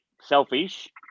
selfish